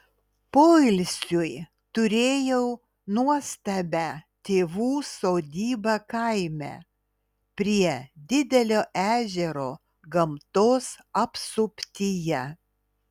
poilsiui turėjau nuostabią tėvų sodybą kaime prie didelio ežero gamtos apsuptyje